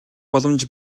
боломж